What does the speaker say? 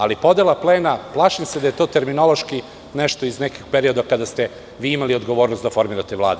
Ali, podela plena, plašim se da je to terminološki nešto iz nekog perioda kada ste vi imali odgovornost da formirate vlade.